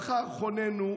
מחר ארגון חוננו,